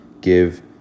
give